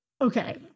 okay